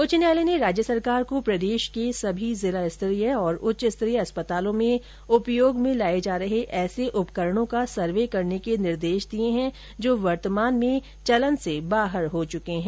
उच्च न्यायालय ने राज्य सरकार को प्रदेश के सभी जिला स्तरीय और उच्चस्तरीय अस्पतालों में उपयोग में लाए जा रहे ऐसे उपकरणों का सर्वे करने के निर्देश दिए हैं जो वर्तमान में प्रचलन से बाहर हो चुके हैं